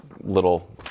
little –